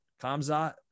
Kamzat